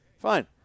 fine